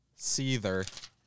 Seether